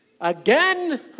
Again